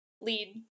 lead